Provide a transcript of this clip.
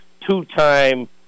two-time